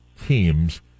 teams